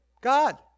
God